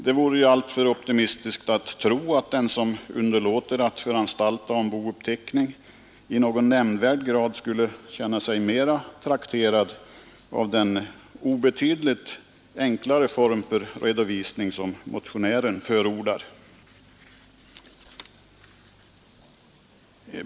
Det vore alltför optimistiskt att tro att den som underlåter att föranstalta om bouppteckning i någon nämnvärd grad skulle känna sig mer trakterad av den obetydligt enklare form för redovisning som motionären förordar.